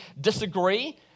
disagree